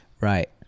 Right